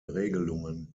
regelungen